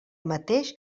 mateix